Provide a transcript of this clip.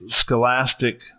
Scholastic